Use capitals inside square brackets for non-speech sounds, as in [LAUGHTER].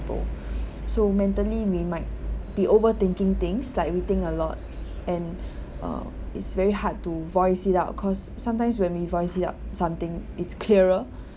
so mentally we might be overthinking things like we think a lot and [BREATH] uh it's very hard to voice it out cause sometimes when we voice it out something it's clearer